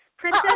Princess